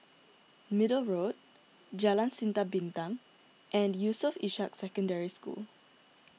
Middle Road Jalan Sinar Bintang and Yusof Ishak Secondary School